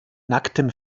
nacktem